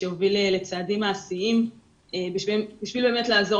שיוביל לצעדים מעשיים בשביל באמת לעזור